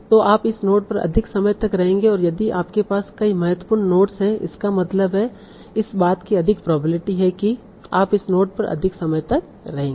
तो आप इस नोड पर अधिक समय तक रहेंगे और यदि आपके पास कई महत्वपूर्ण नोड्स हैं इसका मतलब है इस बात की अधिक प्रोबेबिलिटी है कि आप इस नोड पर अधिक समय तक रहेंगे